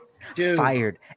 Fired